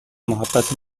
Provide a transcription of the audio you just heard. محبت